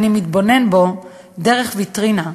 אני מתבונן בו דרך ויטרינה,